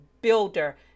builder